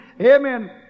Amen